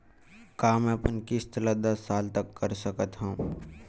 का मैं अपन किस्त ला दस साल तक कर सकत हव?